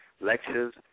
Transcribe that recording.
lectures